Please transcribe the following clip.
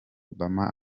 obama